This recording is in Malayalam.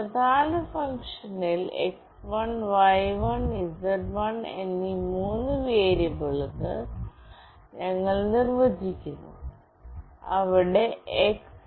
പ്രധാന ഫംഗ്ഷനിൽ x1 y1 z1 എന്നീ മൂന്ന് വേരിയബിളുകൾ ഞങ്ങൾ നിർവചിക്കുന്നു അവിടെ x